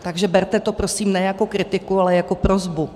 Takže to berte prosím ne jako kritiku, ale jako prosbu.